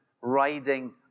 riding